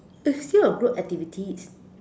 a skill of group activity